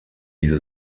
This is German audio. diese